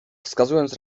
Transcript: wskazując